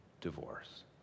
divorce